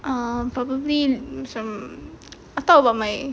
um probably macam I'll talk about my